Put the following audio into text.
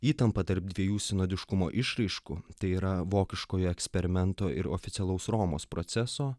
įtampa tarp dviejų sinodiškumo išraiškų tai yra vokiškojo eksperimento ir oficialaus romos proceso